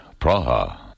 Praha